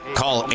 call